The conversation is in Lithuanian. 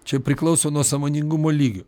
čia priklauso nuo sąmoningumo lygių